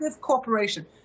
corporation